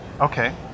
Okay